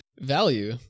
Value